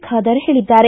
ಖಾದರ್ ಹೇಳಿದ್ದಾರೆ